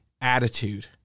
attitude